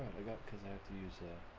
i got cuz i have to use the